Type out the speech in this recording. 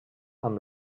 amb